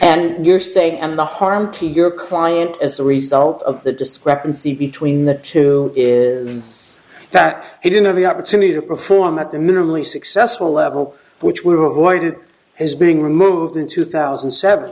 and you're saying and the harm to your client as a result of the discrepancy between the two is that he didn't have the opportunity to perform at the minimally successful level which we were avoided as being removed in two thousand and seven